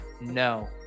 No